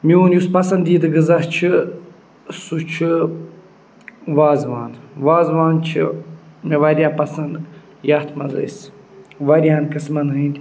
میون یُس پَسنٛدیٖدٕ غذا چھِ سُہ چھِ وازوان وازوان چھِ مےٚ واریاہ پَسنٛد یَتھ منٛز أسۍ واریاہَن قٕسمَن ہٕنٛدۍ